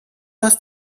lass